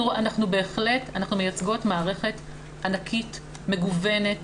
אנחנו מייצגות מערכת ענקית, מגוונת,